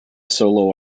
solo